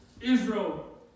Israel